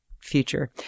future